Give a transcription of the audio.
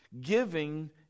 Giving